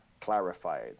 clarified